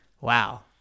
Wow